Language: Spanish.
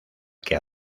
que